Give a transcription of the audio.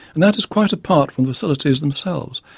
that is quite apart from the facilities themselves,